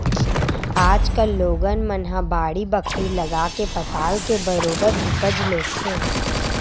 आज कल लोगन मन ह बाड़ी बखरी लगाके पताल के बरोबर उपज लेथे